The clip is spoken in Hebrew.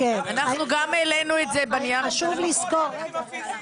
חשוב לזכור כמו שנאמר כאן שה --- התנאים הפיזיים,